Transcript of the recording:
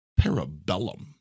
parabellum